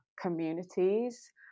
communities